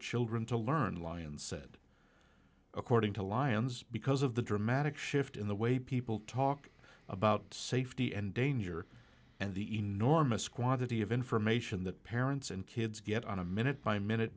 children to learn lions said according to lyons because of the dramatic shift in the way people talk about safety and danger and the enormous quantity of information that parents and kids get on a minute by minute